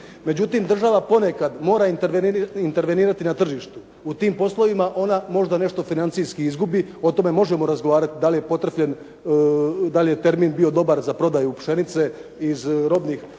Međutim država ponekad mora intervenirati na tržištu. U tim poslovima ona možda nešto financijski izgubi, o tome možemo razgovarati da li je potrefljen, da li je termin bio dobar za prodaju pšenice iz robnih